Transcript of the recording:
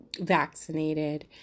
vaccinated